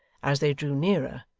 as they drew nearer,